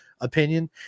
Opinion